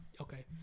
Okay